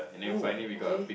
oh okay